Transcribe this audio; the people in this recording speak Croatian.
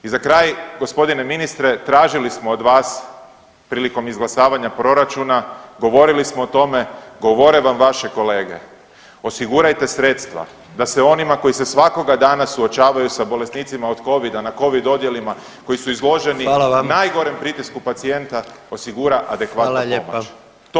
I za kraj g. ministre, tražili smo od vas prilikom izglasavanja proračuna, govorili smo o tome, govore vam vaše kolege, osigurajte sredstva da se onima koji se svakoga dana suočavaju sa bolesnicima od covida na covid odjelima, koji su izloženi najgorem pritisku pacijenta osigura adekvatna pomoć.